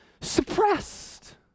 suppressed